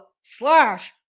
slash